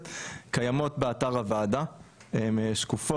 קיימנו כאן דיון שהמסקנות